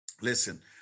Listen